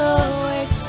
awake